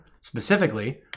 specifically